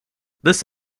this